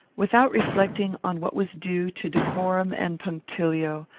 without reflecting on what was due to decorum and punctilio,